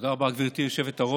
תודה רבה, גברתי היושבת-ראש.